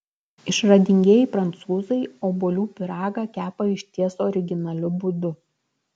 išradingieji prancūzai obuolių pyragą kepa išties originaliu būdu